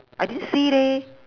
I didn't see leh